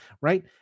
right